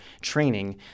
training